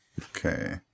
Okay